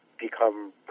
become